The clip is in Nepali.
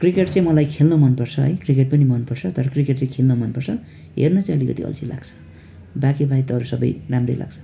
क्रिकेट चाहिँ मलाई खेल्नु मनपर्छ है क्रिकेट पनि मनपर्छ तर क्रिकेट चाहिँ खेल्न मनपर्छ हेर्नु चाहिँ अलिकति अल्छी लाग्छ बाँकी बाहेक त अरू सबै राम्रै लाग्छ